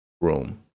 room